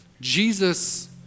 Jesus